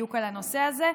בדיוק בנושא הזה,